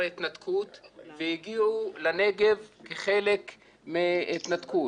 התנתקות והגיעו לנגב כחלק מההתנקות.